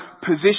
position